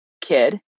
kid